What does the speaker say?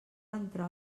entrar